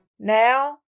now